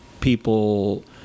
people